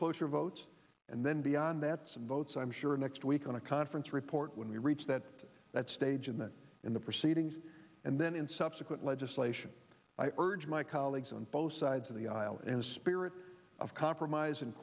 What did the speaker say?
cloture votes and then beyond that some votes i'm sure next week on a conference report when we reach that that stage in the in the proceedings and then in subsequent legislation i urge my colleagues on both sides of the aisle in a spirit of compromise and